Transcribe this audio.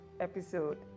episode